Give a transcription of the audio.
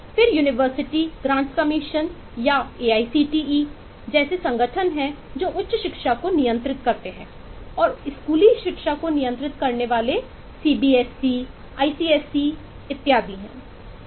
फिर university grants commission जैसे संगठन हैं जो उच्च शिक्षा को नियंत्रित करते हैं और स्कूली शिक्षा को नियंत्रित करने वाले CBSE ICSE इत्यादि हैं